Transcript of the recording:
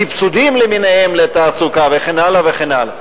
סבסודים למיניהם לתעסוקה וכן הלאה וכן הלאה.